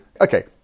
okay